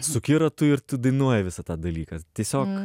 suki ratu ir tu dainuoji visą tą dalyką tiesiog